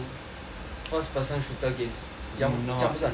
first person shooter games 你这样你这样不是很厉害哦